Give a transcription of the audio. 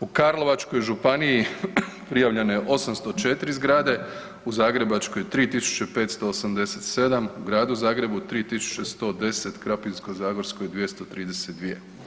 U Karlovačkoj županiji prijavljeno je 804 zgrade, u Zagrebačkoj 3 587, u Gradu Zagrebu 3 110, u Krapinsko-zagorskoj 232.